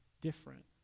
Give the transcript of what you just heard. different